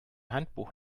handbuch